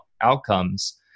outcomes